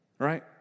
right